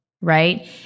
right